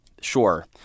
Sure